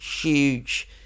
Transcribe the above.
huge